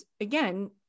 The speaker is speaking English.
again